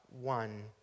one